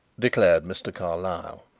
declared mr. carlyle.